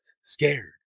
scared